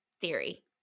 theory